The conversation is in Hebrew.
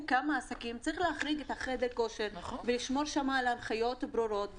צריך להחריג את חדרי הכושר ולשמור שם על הנחיות ברורות.